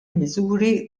miżuri